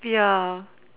ya